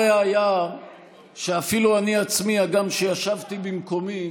הראיה היא שאפילו אני עצמי, הגם שישבתי במקומי,